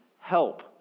help